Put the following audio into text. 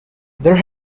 there